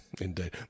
Indeed